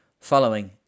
following